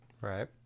Right